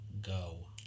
go